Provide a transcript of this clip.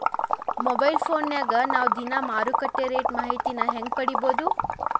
Mobile ಫೋನ್ಯಾಗ ನಾವ್ ದಿನಾ ಮಾರುಕಟ್ಟೆ ರೇಟ್ ಮಾಹಿತಿನ ಹೆಂಗ್ ಪಡಿಬೋದು?